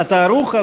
אתה ערוך?